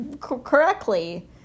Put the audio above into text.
correctly